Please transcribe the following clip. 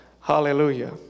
Hallelujah